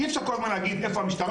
אי- אפשר כל הזמן להגיד איפה המשטרה.